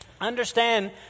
Understand